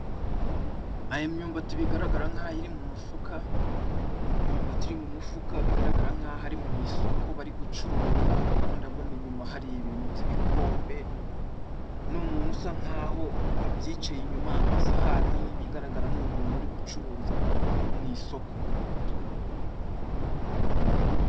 Aha imyumbati bigaragara nk'aho iri mu mufuka, imyumbati iri mu mufuka bigaragara nk'aho ari mu isoko bari gucuruza, kuko ndabona inyuma hari ibintu by'ibikombe, n'umuntu usa nk'aho abyicaye inyuma. Amasahani, ibigaragara ni umuntu uri gucuruza mu isoko.